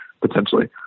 potentially